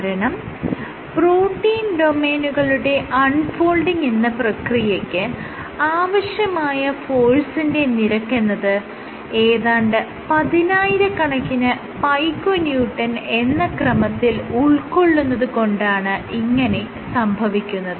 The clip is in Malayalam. കാരണം പ്രോട്ടീൻ ഡൊമെയ്നുകളുടെ അൺ ഫോൾഡിങ് എന്ന പ്രക്രിയയ്ക്ക് ആവശ്യമായ ഫോഴ്സിന്റെ നിരക്കെന്നത് ഏതാണ്ട് പതിനായിരക്കണക്കിന് പൈക്കോന്യൂട്ടൺ എന്ന ക്രമത്തിൽ ഉൾക്കൊള്ളുന്നത് കൊണ്ടാണ് ഇങ്ങനെ സംഭവിക്കുന്നത്